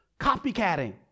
copycatting